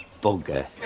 bugger